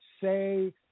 say